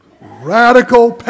radical